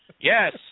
Yes